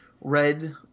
red